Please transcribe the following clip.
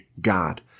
God